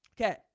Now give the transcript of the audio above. Okay